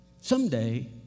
Someday